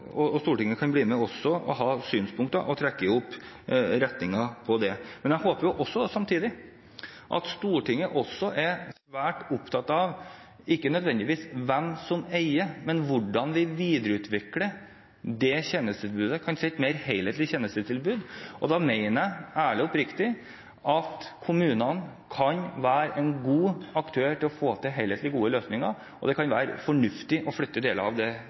trekke opp retningen for det. Men jeg håper samtidig at Stortinget også er svært opptatt ikke nødvendigvis av hvem som eier, men av hvordan vi videreutvikler det tjenestetilbudet, et mer helhetlig tjenestetilbud. Da mener jeg ærlig og oppriktig at kommunene kan være en god aktør for å få til gode, helhetlige løsninger, og det kan være fornuftig å flytte deler av det